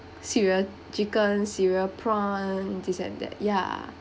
cereal chicken cereal prawn this and that ya